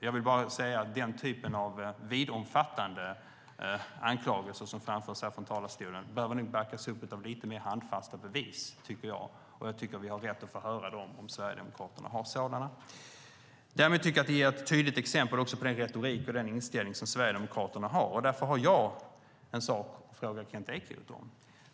Jag vill bara säga att vittomfattande anklagelser av den typ som framförs här från talarstolen nog behöver backas upp av lite mer handfasta bevis. Jag tycker att vi har rätt att få höra dem, om Sverigedemokraterna har sådana. Men det är ett tydligt exempel på den retorik och den inställning som Sverigedemokraterna har, och därför har jag en sak att fråga Kent Ekeroth om.